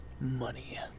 Money